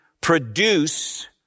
produce